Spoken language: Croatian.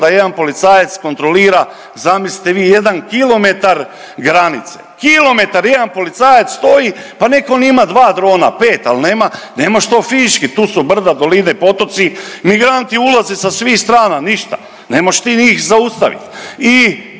da jedan policajac kontrolira, zamislite vi, 1 km granice, kilometar jedan policajac stoji, pa nek on ima 2 drona, 5, ali ne mo'š to fizički, tu su brda, doline, potoci, migranti ulaze sa svih strana, ništa, ne mo'š ti njih zaustavit. I